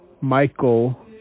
Michael